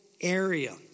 area